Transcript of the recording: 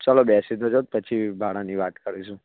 ચાલો બેસી તો જાઉં પછી ભાડાંની વાત કરીશું